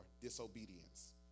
disobedience